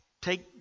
take